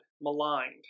maligned